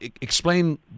Explain